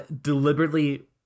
deliberately